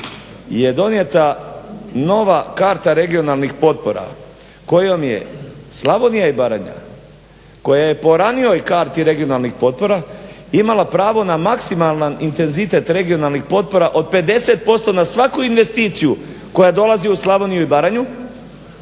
je donijeta nova karta regionalnih potpora kojom je Slavonija i Baranja koja je po ranijoj karti regionalnih potpora imala pravo na maksimalan intenzitet regionalnih potpora od 50% na svaku investiciju koja dolazi u Slavoniju i Baranju